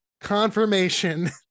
Confirmation